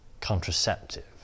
contraceptive